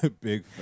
Big